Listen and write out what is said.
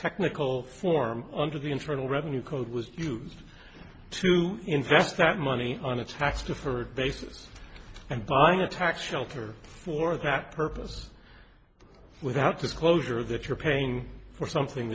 technical form under the internal revenue code was used to invest that money on a tax deferred basis and buying a tax shelter for that purpose without disclosure that you're paying for something